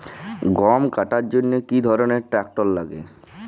গম কাটার জন্য কি ধরনের ট্রাক্টার লাগে?